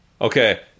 Okay